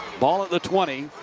ball at the twenty.